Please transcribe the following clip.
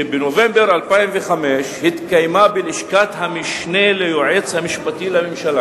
שבנובמבר 2005 התקיימה בלשכת המשנה ליועץ המשפטי לממשלה